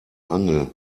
angel